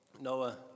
Noah